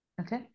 Okay